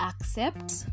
accept